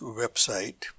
website